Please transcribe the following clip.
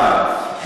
אה.